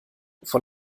von